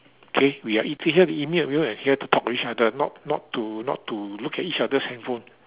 okay we are eating eating a meal here to talk to each other not not to not to look at each other's handphone